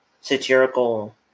satirical